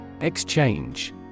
Exchange